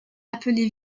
appelé